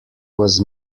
was